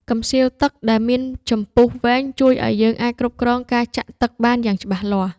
កំសៀវទឹកដែលមានចំពុះវែង ជួយឱ្យយើងអាចគ្រប់គ្រងការចាក់ទឹកបានយ៉ាងច្បាស់លាស់។